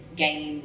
gain